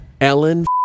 Ellen